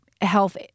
Health